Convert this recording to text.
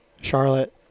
Charlotte